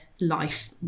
life